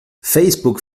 facebook